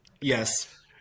Yes